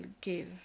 give